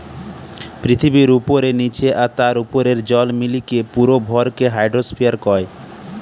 পৃথিবীর উপরে, নীচে আর তার উপরের জল মিলিকি পুরো ভরকে হাইড্রোস্ফিয়ার কয়